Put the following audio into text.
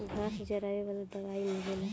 घास जरावे वाला दवाई मिलेला